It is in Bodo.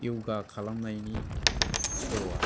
य'गा खालामनायनि सर'आ